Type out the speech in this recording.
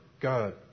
God